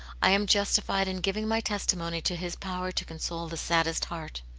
i am justified in giving my testimony to his power to console the saddest heart